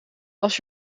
als